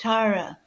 Tara